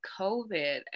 COVID